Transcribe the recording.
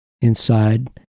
inside